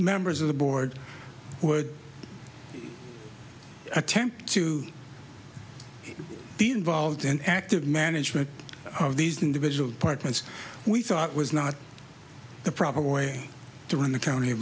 members of the board would attempt to be involved in active management of these individual departments we thought was not the proper way to run the county